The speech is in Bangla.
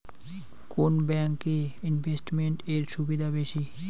কোন ব্যাংক এ ইনভেস্টমেন্ট এর সুবিধা বেশি?